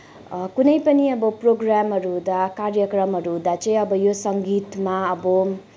कुनै पनि अब प्रोग्रामहरू हुँदा कार्यक्रमहरू हुँदा चाहिँ यो सङ्गीतमा अब